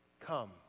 Come